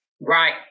right